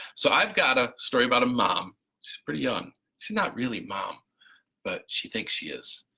so i've got a story about a mom, she's pretty young, she not really mom but she thinks she is,